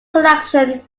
collection